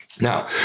now